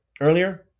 earlier